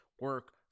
Work